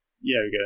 yoga